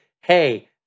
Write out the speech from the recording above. hey